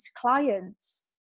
clients